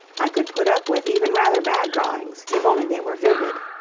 i could put up with even rather bad drawings if only they were vivid.